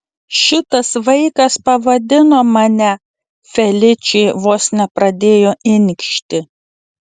šitas vaikas pavadino mane feličė vos nepradėjo inkšti